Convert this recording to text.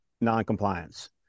noncompliance